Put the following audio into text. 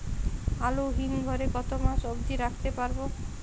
আলু হিম ঘরে কতো মাস অব্দি রাখতে পারবো?